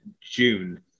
June